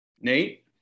Nate